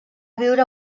viure